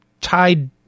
tied